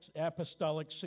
apostolic